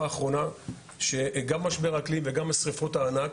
האחרונה שגם משבר האקלים וגם שריפות הענק,